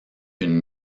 une